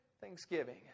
thanksgiving